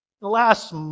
last